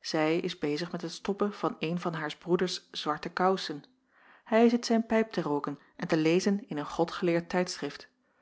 zij is bezig met het stoppen van eene van haars broeders zwarte kousen hij zit zijn pijp te rooken en te lezen in een godgeleerd tijdschrift